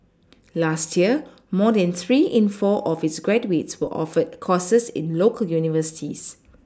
last year more than three in four of its graduates were offered courses in local universities